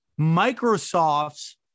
Microsoft's